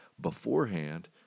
beforehand